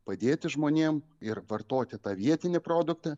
padėti žmonėm ir vartoti tą vietinį produktą